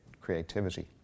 creativity